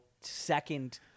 second